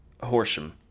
Horsham